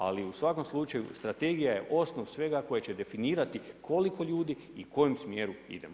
Ali u svakom slučaju strategija je osnov svega koja će definirati koliko ljudi i u kojem smjeru idemo.